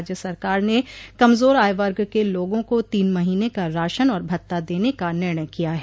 राज्य सरकार ने कमजोर आयवर्ग के लोगों को तीन महीने का राशन और भत्ता देने का निर्णय किया है